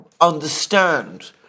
understand